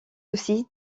aussi